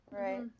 Right